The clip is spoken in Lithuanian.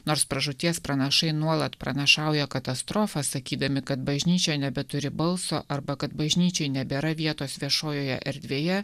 nors pražūties pranašai nuolat pranašauja katastrofą sakydami kad bažnyčia nebeturi balso arba kad bažnyčiai nebėra vietos viešojoje erdvėje